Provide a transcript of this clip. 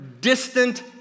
distant